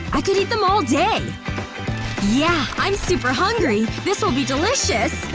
i could eat them all day yeah, i'm super hungry. this will be delicious